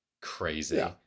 Crazy